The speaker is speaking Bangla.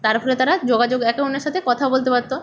তার ফলে তারা যোগাযোগ এতজনের সাথে কথাও বলতে পারত